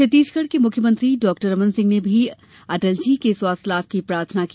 छत्तीसगढ के मुख्यमंत्री डॉ रमन सिंह ने भी अटल जी के स्वास्थ्य लाभ की प्रार्थना की